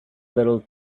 little